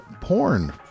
porn